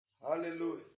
Hallelujah